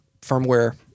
firmware